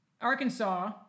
Arkansas